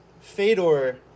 Fedor